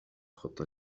الخطة